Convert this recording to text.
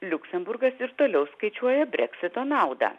liuksemburgas ir toliau skaičiuoja breksito naudą